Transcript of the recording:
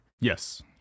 Yes